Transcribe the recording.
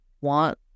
want